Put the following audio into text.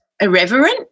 irreverent